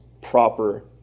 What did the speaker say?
proper